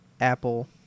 Apple